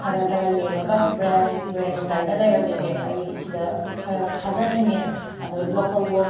ꯈꯔ ꯈꯔ ꯌꯦꯡꯉꯒ ꯕ꯭ꯔꯦꯟ ꯕ꯭ꯔꯦꯟꯒꯥꯏꯅ ꯂꯩꯔꯝꯃꯤꯁꯦ ꯑꯩ ꯁꯤꯗ ꯈꯔ ꯈꯔ ꯊꯥꯖꯅꯤꯡꯉꯦ ꯑꯗꯣ ꯂꯣꯀꯜ ꯋꯛ